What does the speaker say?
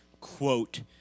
quote